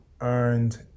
earned